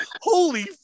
holy